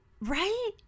Right